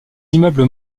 immeubles